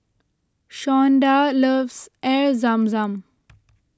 Shawnda loves Air Zam Zam